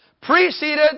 preceded